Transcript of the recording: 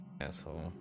Asshole